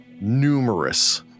numerous